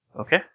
Okay